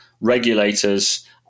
regulators